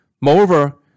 Moreover